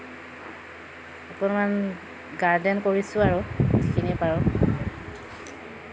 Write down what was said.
অকণমান গাৰ্ডেন কৰিছোঁ আৰু যিখিনি পাৰোঁ